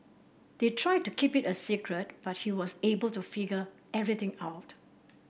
they tried to keep it a secret but he was able to figure everything out